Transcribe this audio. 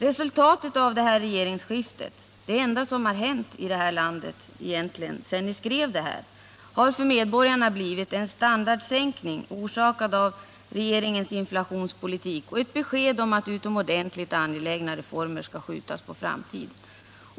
Resultatet av regeringsskiftet — det är egentligen det enda som hänt i det här landet sedan ni skrev era vallöften — har för medborgarna blivit en standardsänkning, orsakad av regeringens inflationspolitik, och ett besked om att utomordentligt angelägna reformer skall skjutas på framtiden.